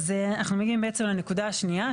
אז אנחנו מגיעים בעצם לנקודה השנייה,